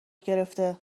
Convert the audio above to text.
گرفته